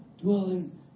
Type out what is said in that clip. dwelling